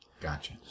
Gotcha